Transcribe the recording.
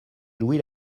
louis